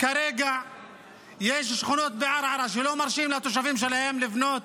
כרגע יש שכונות בערערה שלא מרשות לתושבים שלהם לבנות